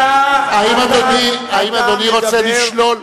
באמת, קצת צניעות.